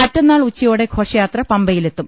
മറ്റന്നാൾ ഉച്ചയോടെ ഘോഷ യാത്ര പമ്പയിലെത്തും